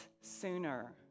sooner